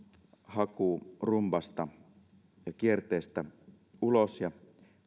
hakurumbasta ja kierteestä ulos ja